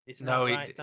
No